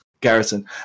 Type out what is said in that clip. Garrison